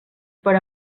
per